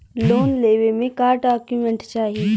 Loan लेवे मे का डॉक्यूमेंट चाही?